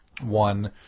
one